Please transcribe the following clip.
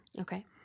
Okay